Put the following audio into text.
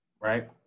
Right